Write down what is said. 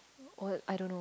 oh I don't know